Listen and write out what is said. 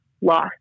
lost